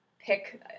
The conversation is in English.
pick